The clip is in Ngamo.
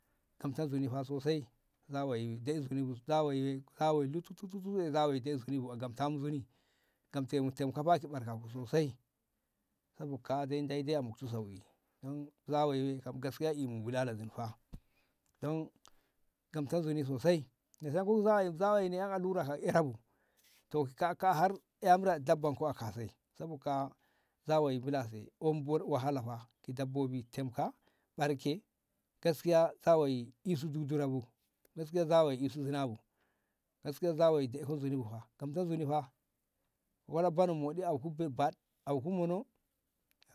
Gamte nzuni fa sosai zawayi dai nzuni zoibu zawayi a dai zawayi lututu zawayi dai nzuni bu a gamte mu nzuni gamta mu tamka fa ki ɓarke ku sosai sabo ka'a dai Deyi a muktu sauƙi dan zawayi wai kam gaskiya imu bulala zoi fa dan gamta nzuni sosai mu sanko zawayi zawayi ni an allura sosai fa erabu to ki ka ka'a har ƴam ra dabbon ko a kase sabo ka'a zawayi milase omu wahala fa ki dabbobi temka ɓarke gaskiya zawayi isu dudura bu gaskiya zawayi isu zinabu gaskiya zawayi daiko nzuni bu fa gamte nzuni fa ki bola bono moɗi auku bei baɗ auku mono.